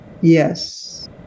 Yes